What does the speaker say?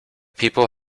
people